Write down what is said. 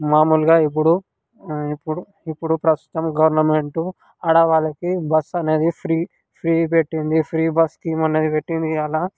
మామూలుగా ఇప్పుడు ఇప్పుడు ఇప్పుడు ప్రస్తుతం గవర్నమెంట్ ఆడవాళ్ళకి బస్ అనేది ఫ్రీ ఫ్రీ పెట్టింది ఫ్రీ బస్ స్కీమ్ అనేది పెట్టింది ఇవ్వాళ